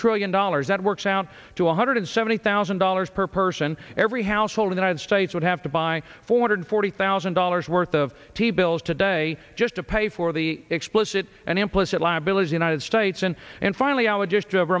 trillion dollars that works out to one hundred seventy thousand dollars per person every household united states would have to buy four hundred forty thousand dollars worth of t bills today just to pay for the explicit and implicit liabilities united states and and finally i would just